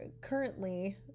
Currently